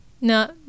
no